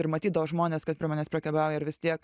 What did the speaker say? ir matydavo žmonės kad prie manęs priekabiauja ir vis tiek